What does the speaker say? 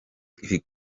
ibi